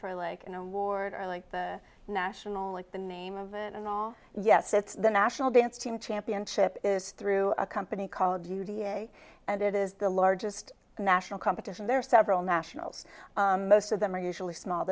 for like an award or like the national like the name of it and all yes it's the national dance team championship is through a company called u t a and it is the largest national competition there are several nationals most of them are usually small